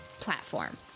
platform